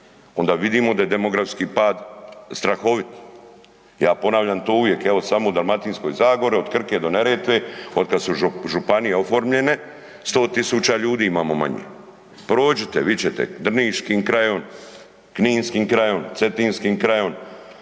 onda vidimo da je demografski pad strahovit. Ja ponavljam to uvijek evo, samo u Dalmatinskoj zagori, od Krke do Neretve, od kad su županije oformljene, 100 tisuća ljudi imamo manje. Prođite, vidjet ćete. Drniškim krajem, kninskim krajem, cetinskim krajem,